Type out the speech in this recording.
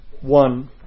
one